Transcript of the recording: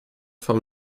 vom